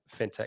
fintech